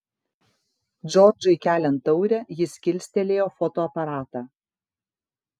džordžui keliant taurę jis kilstelėjo fotoaparatą